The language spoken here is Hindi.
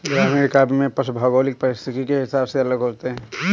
ग्रामीण काव्य में पशु भौगोलिक परिस्थिति के हिसाब से अलग होते हैं